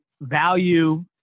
value